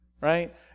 right